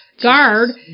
guard